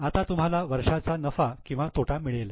आता तुम्हाला वर्षाचा नफा किंवा तोटा मिळेल